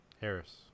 Harris